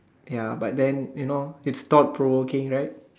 ya but then you know it's thought provoking right